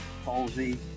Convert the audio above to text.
Palsy